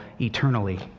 eternally